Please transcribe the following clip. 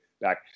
back